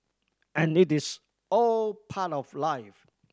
and it is all part of life